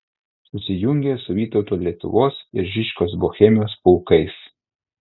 susijungė su vytauto lietuvos ir žižkos bohemijos pulkais